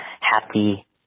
happy